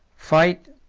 fight!